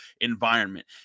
environment